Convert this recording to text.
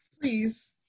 please